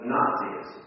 Nazis